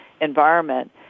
environment